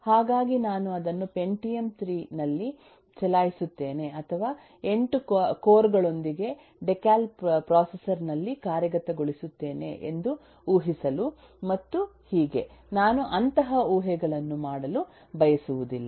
ಹಾಗಾಗಿ ನಾನು ಅದನ್ನು ಪೆಂಟಿಯಮ್ 3 ನಲ್ಲಿ ಚಲಾಯಿಸುತ್ತೇನೆ ಅಥವಾ 8 ಕೋರ್ ಗಳೊಂದಿಗೆ ಡೆಕಾಲ್ ಪ್ರೊಸೆಸರ್ ನಲ್ಲಿ ಕಾರ್ಯಗತಗೊಳಿಸುತ್ತೇನೆ ಎಂದು ಊಹಿಸಲು ಮತ್ತು ಹೀಗೆ ನಾನು ಅಂತಹ ಊಹೆಗಳನ್ನು ಮಾಡಲು ಬಯಸುವುದಿಲ್ಲ